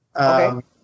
Okay